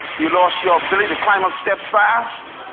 you lost your ability to climb up steps fast.